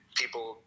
people